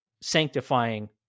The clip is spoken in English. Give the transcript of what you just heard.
sanctifying